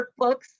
workbooks